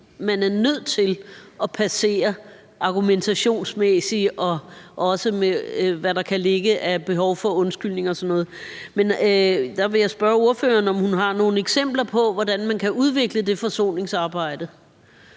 man er nødt til at passere argumentationsmæssigt, og også, med hensyn til hvad der kan ligge af behov for undskyldninger og sådan noget. Men jeg vil spørge ordføreren, om hun har nogle eksempler på, hvordan man kan udvikle det forsoningsarbejde.